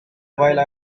while